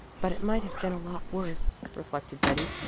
but it might have been a lot worse, reflected betty.